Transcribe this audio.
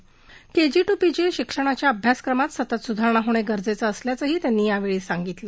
KG to PG शिक्षणाच्या अभ्यासक्रमात सतत सुधारणा होणे गरजेचं असल्याचंही त्यांनी यावेळी सांगितलं